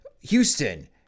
Houston